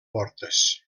portes